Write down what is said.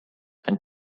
and